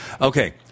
Okay